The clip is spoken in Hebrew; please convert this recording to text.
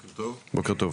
בוקר טוב.